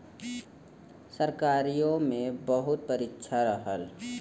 सरकारीओ मे बहुत परीक्षा रहल